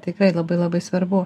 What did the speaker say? tikrai labai labai svarbu